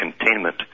containment